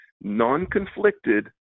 non-conflicted